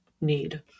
need